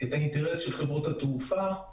את האינטרס של חברות התעופה,